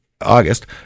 August